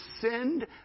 send